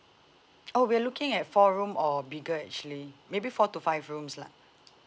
oh we're looking at four room or bigger actually maybe four to five rooms lah